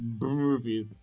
Movies